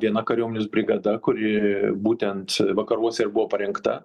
viena kariuomenės brigada kuri būtent vakaruose ir buvo parinkta